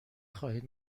خواهید